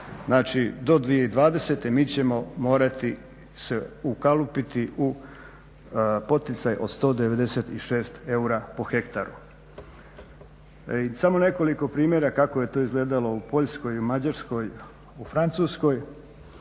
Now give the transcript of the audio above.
do 2020. mi ćemo morati se ukalupiti u poticaj od 196 eura po hektaru. I samo nekoliko primjera kako je to izgledalo u Poljskoj, Mađarskoj i u Francuskoj.